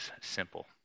simple